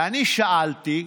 ואני שאלתי: